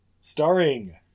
Starring